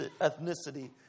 ethnicity